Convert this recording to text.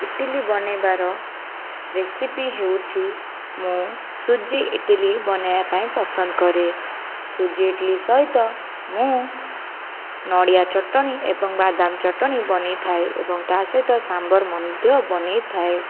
ଇଟିଲି ବନାଇବାର ରେସିପି ହେଉଛି ମୁଁ ସୁଜି ଇଟିଲି ବନାଇବା ପାଇଁ ପସନ୍ଦ କରେ ସୁଜି ଇଟିଲି ସହିତ ମୁଁ ନଡ଼ିଆ ଚଟଣି ଏବଂ ବାଦାମ ଚଟଣି ବନାଇ ଥାଏ ଏବଂ ତା ସହିତ ସାମ୍ବର ମଧ୍ୟ ବନାଇ ଥାଏ